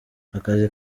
akazi